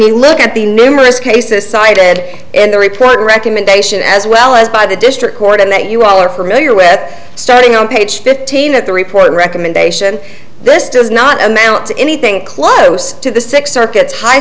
you look at the numerous cases cited in the report recommendation as well as by the district court and that you all are familiar with starting on page fifteen at the report recommendation this does not amount to anything close to the six circuits high